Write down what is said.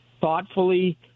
thoughtfully